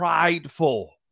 prideful